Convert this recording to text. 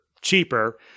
cheaper